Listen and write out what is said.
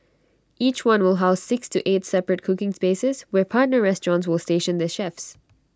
each one will house six to eight separate cooking spaces where partner restaurants will station their chefs